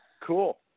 Cool